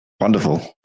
wonderful